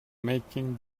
making